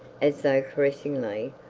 as though caressingly,